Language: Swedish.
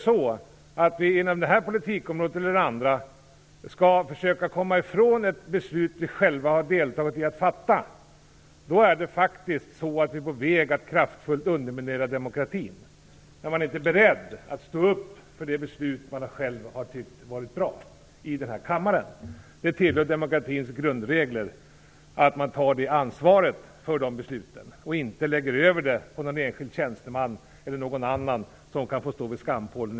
Skall de inom det här politikområdet eller andra försöka komma ifrån ett beslut de själva har varit med om att fatta är vi faktiskt på väg att kraftfullt underminera demokratin. Så blir det när man inte är beredd att stå upp för det beslut man själv har tyckt vara bra i den här kammaren. Det tillhör demokratins grundregler att man själv tar det ansvaret för besluten och inte lägger över det på en enskild tjänsteman eller någon annan som får stå vid skampålen.